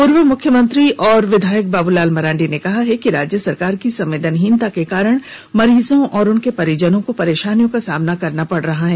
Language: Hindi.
पूर्व मुख्यमंत्री और विधायक बाबूलाल मरांडी ने कहा है कि राज्य सरकार की संवेदनहीनता के कारण मरीजों और उनके परिजनों को परेशानियों का सामना करना पड़ रहा है